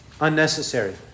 unnecessary